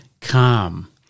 calm